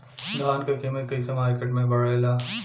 धान क कीमत कईसे मार्केट में बड़ेला?